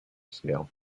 scale